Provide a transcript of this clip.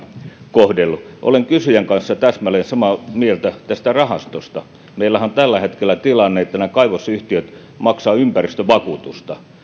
kohdellut olen kysyjän kanssa täsmälleen samaa mieltä tästä rahastosta meillähän on tällä hetkellä tilanne että nämä kaivosyhtiöt maksavat ympäristövakuutusta